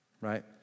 right